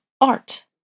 art